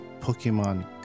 Pokemon